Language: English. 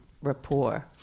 rapport